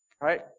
right